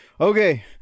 Okay